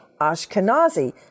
Ashkenazi